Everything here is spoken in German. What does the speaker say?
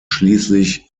schließlich